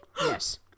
Yes